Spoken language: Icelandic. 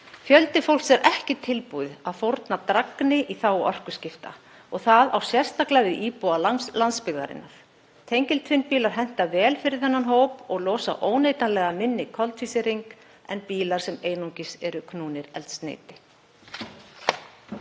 Fjöldi fólks er ekki tilbúið að fórna drægni í þágu orkuskipta og það á sérstaklega við íbúa landsbyggðarinnar. Tengiltvinnbílar henta vel fyrir þennan hóp og losa óneitanlega minni koltvísýring en bílar sem einungis eru knúnir eldsneyti.